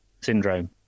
syndrome